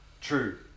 True